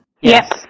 Yes